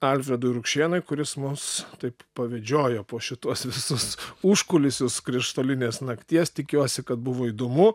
alfredui rukšėnui kuris mus taip pavedžiojo po šituos visus užkulisius krištolinės nakties tikiuosi kad buvo įdomu